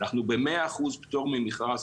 אנחנו ב-100% פטור ממכרז,